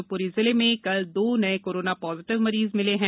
शिवप्री जिल कल दो नए कोरोना पॉजिटिव मरीज मिल हैं